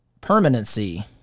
permanency